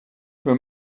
for